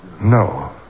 No